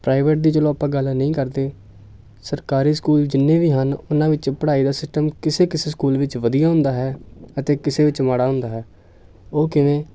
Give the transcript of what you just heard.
private ਦੀ ਚਲੋ ਆਪਾਂ ਗੱਲ ਨਹੀਂ ਕਰਦੇ ਸਰਕਾਰੀ ਸਕੂਲ ਜਿੰਨੇ ਵੀ ਹਨ ਉਹਨਾਂ ਵਿੱਚ ਪੜ੍ਹਾਈ ਦਾ ਸਿਸਟਮ ਕਿਸੇ ਕਿਸੇ ਸਕੂਲ ਵਿੱਚ ਵਧੀਆ ਹੁੰਦਾ ਹੈ ਅਤੇ ਕਿਸੇ ਵਿੱਚ ਮਾੜਾ ਹੁੰਦਾ ਹੈ ਉਹ ਕਿਵੇਂ